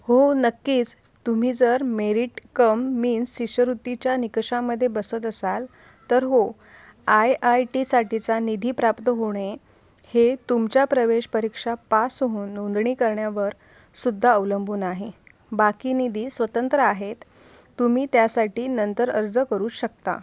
हो नक्कीच तुम्ही जर मेरिट कम मीन्स शिष्यवृत्तीच्या निकषामध्ये बसत असाल तर हो आय आय टीसाठीचा निधी प्राप्त होणे हे तुमच्या प्रवेश परीक्षा पास होऊन नोंदणी करण्यावर सुद्धा अवलंबून आहे बाकी निधी स्वतंत्र आहेत तुम्ही त्यासाठी नंतर अर्ज करू शकता